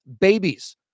babies